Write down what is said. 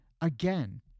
Again